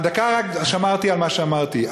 הדקה, רק שמרתי על מה שאמרתי.